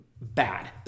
bad